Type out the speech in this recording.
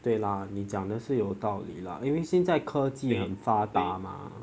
对啦你讲的是有道理啦因为现在科技很发达吗